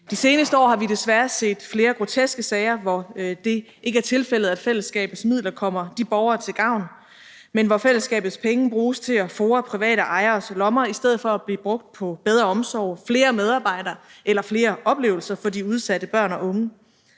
De seneste år har vi desværre set flere groteske sager, hvor det ikke er tilfældet, at fællesskabets midler kommer de borgere til gavn, men hvor fællesskabets penge bruges til at fore private ejeres lommer i stedet for at blive brugt på bedre omsorg, flere medarbejdere eller flere oplevelser for de udsatte børn og unge.